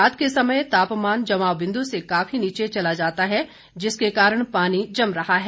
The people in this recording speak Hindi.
रात के समय तापमान जमाव बिंदु से काफी नीचे चला जाता है जिसके कारण पानी जम रहा है